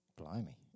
Blimey